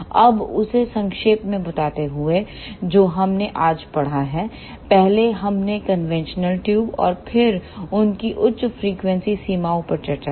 अब उसे संक्षेप में बताते हुए जो हमने आज पड़ा है पहले हमने कन्वेंशनल ट्यूब और फिर उनकी उच्च फ्रीक्वेंसी सीमाएँ पर चर्चा की